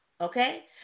Okay